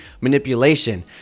manipulation